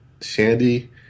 Shandy